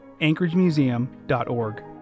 AnchorageMuseum.org